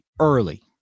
early